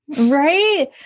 Right